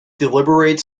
deliberate